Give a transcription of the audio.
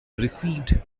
received